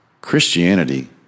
Christianity